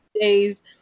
days